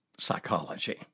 psychology